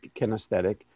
kinesthetic